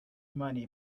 money